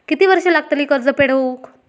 किती वर्षे लागतली कर्ज फेड होऊक?